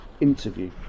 interview